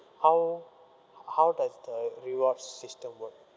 how how does the rewards system work